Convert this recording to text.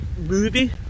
movie